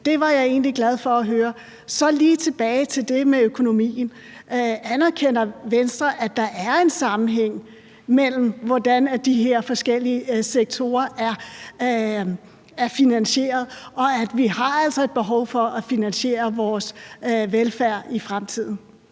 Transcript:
Det var jeg egentlig glad for at høre. Så vil jeg lige vende tilbage til det med økonomien: Anerkender Venstre, at der er en sammenhæng mellem, hvordan de her forskellige sektorer er finansieret, og at vi altså har et behov for at finansiere vores velfærd i fremtiden?